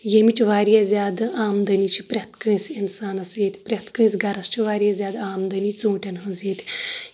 ییٚمِچ واریاہ زیادٕ آمدٕنی چھِ پریٚتھ کٲنٛسہِ اِنسانَس ییٚتۍ پریٚتھ کٲنٛسہِ گرَس چھ واریاہ زیادٕ آمدٕنی ژوٗنٹیٚن ہٕنٛز ییٚتہِ